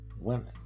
Women